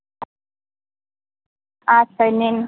আচ্ছা নিন